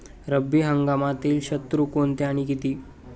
रब्बी हंगामातील ऋतू कोणते आणि किती?